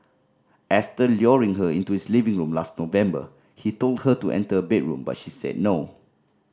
after luring her into his living room last November he told her to enter a bedroom but she said no